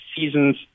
seasons